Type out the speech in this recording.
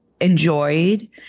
enjoyed